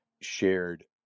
shared